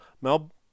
Mel